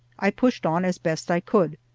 i pushed on as best i could,